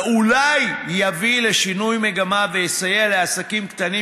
ואולי יביא לשינוי מגמה ויסייע לעסקים קטנים